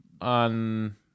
on